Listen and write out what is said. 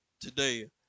today